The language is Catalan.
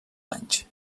anys